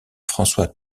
françois